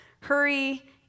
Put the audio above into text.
Hurry